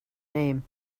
name